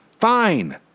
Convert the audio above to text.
Fine